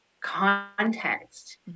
context